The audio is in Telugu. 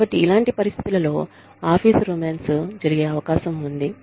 కాబట్టి ఇలాంటి పరిస్థితులలో ఆఫీసు రొమాన్స్ జరిగే అవకాశం ఉంది